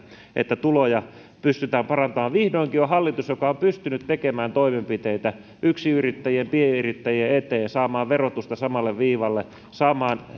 että tuloja pystytään parantamaan vihdoinkin on hallitus joka on pystynyt tekemään toimenpiteitä yksinyrittäjien pienyrittäjien eteen saamaan verotusta samalle viivalle saamaan